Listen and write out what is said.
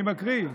אני מקריא,